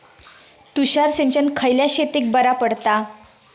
तुषार सिंचन खयल्या शेतीक बरा पडता?